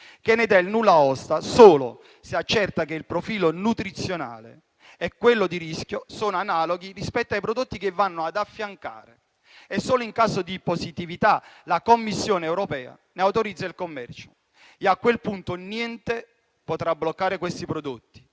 che ne dà il nullaosta solo se accerta che il profilo nutrizionale e quello di rischio sono analoghi rispetto ai prodotti che vanno ad affiancare e, solo in caso di positività, la Commissione europea ne autorizza il commercio. A quel punto niente potrà bloccare questi prodotti